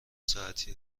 ساعتی